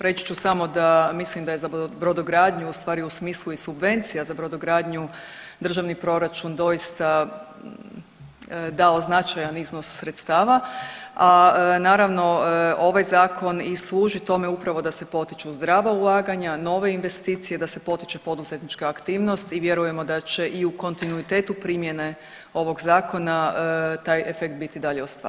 Reći ću samo da mislim da je za brodogradnju ustvari u smislu i subvencija za brodogradnju državni proračun doista dao značajan iznos sredstava, a naravno, ovaj Zakon i služi tome upravo da se potiču zdrava ulaganja, nove investicije, da se potiče poduzetnička aktivnost i vjerujemo da će i u kontinuitetu primjene ovog Zakona taj efekt biti i dalje ostvaren.